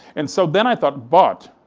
and so then i thought but,